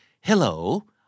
hello